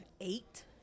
eight